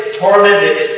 tormented